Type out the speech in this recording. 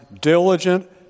diligent